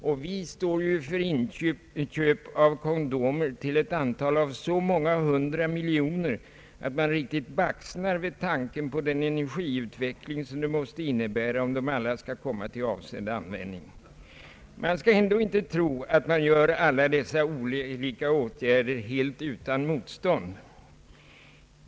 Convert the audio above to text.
Och vi står ju för inköp av kondomer till ett antal av så många hundra miljoner, att man riktigt baxnar vid tanken på den energiutveckling som det måste innebära om alla skall komma till avsedd användning. Man skall ändå inte tro att alla dessa olika åtgärder vidtas helt utan motstånd.